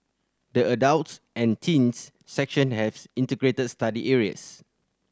the adults and teens section have integrated study areas